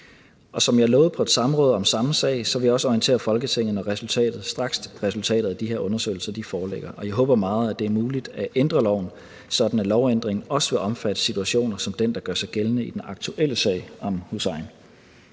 Og som jeg lovede på et samråd om samme sag, vil jeg også orientere Folketinget, straks resultatet af de her undersøgelser foreligger. Og jeg håber meget, at det er muligt at ændre loven, sådan at lovændringen også vil omfatte situationer som den, der gør sig gældende i den aktuelle sag om Hussein.